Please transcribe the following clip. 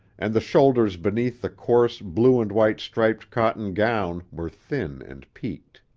and the shoulders beneath the coarse blue-and-white striped cotton gown were thin and peaked.